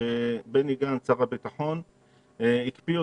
ששר הביטחון בני גנץ הקפיא אותו,